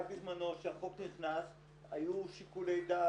כשהחוק נכנס היו שיקולי דת,